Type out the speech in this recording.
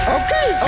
okay